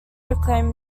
reclaim